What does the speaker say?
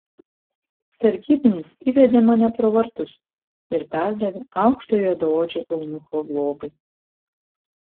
sargybinis įvedė mane pro vartus ir perdavė aukšto juodaodžio eunucho globai